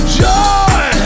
joy